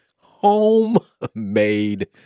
Homemade